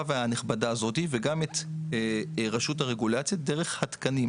והנכבדה הזאת וגם את רשות הרגולציה דרך התקנים.